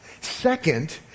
Second